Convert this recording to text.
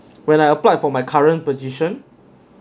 when I applied for my current position